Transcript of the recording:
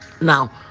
now